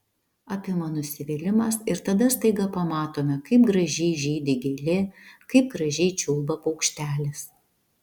apima nusivylimas ir tada staiga pamatome kaip gražiai žydi gėlė kaip gražiai čiulba paukštelis